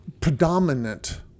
predominant